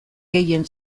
gehien